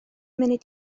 munud